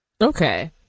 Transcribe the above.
Okay